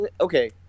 okay